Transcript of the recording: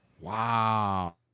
Wow